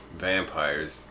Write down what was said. vampires